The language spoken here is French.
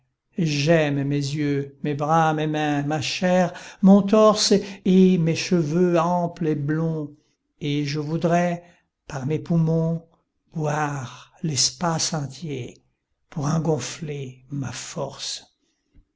j'aime mes yeux mes bras mes mains ma chair mon torse et mes cheveux amples et blonds et je voudrais par mes poumons boire l'espace entier pour en gonfler ma force